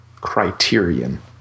Criterion